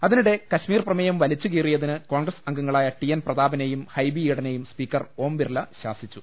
അതിനിടെ കശ്മീർ പ്രമേയം വലിച്ചു കീറിയതിന് കോൺഗ്രസ് അംഗങ്ങളായ ടി എൻ പ്രതാപനെയും ഹൈബി ഈഡനെയും സ്പീക്കർ ഓം ബിർള ശാസിച്ചു